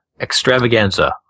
extravaganza